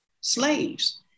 slaves